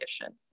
condition